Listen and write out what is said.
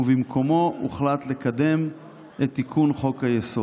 ובמקומו הוחלט לקדם את תיקון חוק-היסוד.